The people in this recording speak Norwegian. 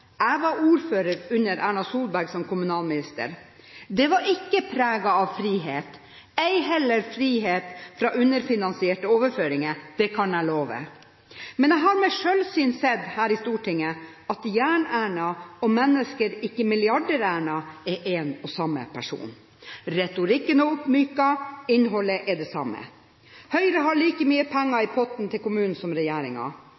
Jeg var ordfører under Erna Solberg som kommunalminister. Det var ikke preget av frihet, ei heller frihet fra underfinansierte overføringer, det kan jeg love. Men jeg har ved selvsyn sett her i Stortinget at Jern-Erna og Menneske-, ikke Milliarder-Erna er en og samme person. Retorikken er oppmyket, innholdet er det samme. Høyre har like mye penger